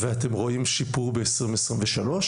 ואתם רואים שיפור ב-2023?